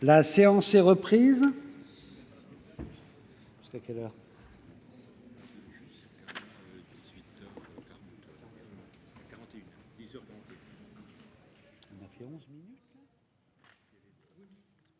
La séance est reprise.